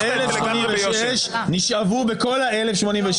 נשאבו בכל ה-1,086.